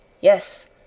Yes